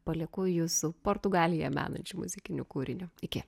palieku jus su portugalija menančiu muzikiniu kūriniu iki